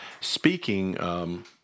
speaking